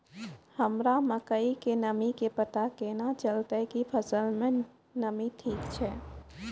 हमरा मकई के नमी के पता केना चलतै कि फसल मे नमी ठीक छै?